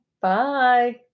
Bye